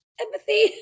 Empathy